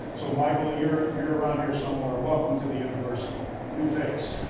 so michael, you're you're around here somewhere. welcome to the university. new face.